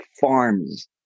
farms